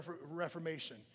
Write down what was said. reformation